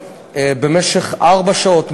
במשך ארבע שעות,